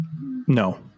No